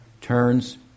turns